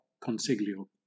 Consiglio